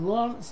Long